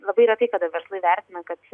labai retai kada verslai vertina kad